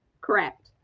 Correct